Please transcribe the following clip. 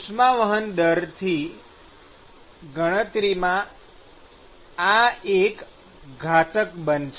ઉષ્મા વહન દરની ગણતરીમાં આ એક ઘાતક બનશે